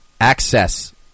access